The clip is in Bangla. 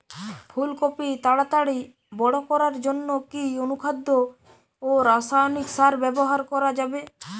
ফুল কপি তাড়াতাড়ি বড় করার জন্য কি অনুখাদ্য ও রাসায়নিক সার ব্যবহার করা যাবে?